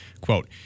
Quote